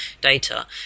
data